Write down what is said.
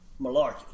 Malarkey